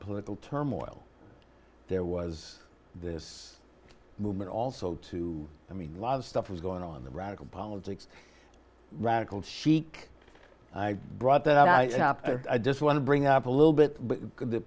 political turmoil there was this movement also too i mean a lot of stuff was going on the radical politics radical chic i brought that i just want to bring up a little bit of the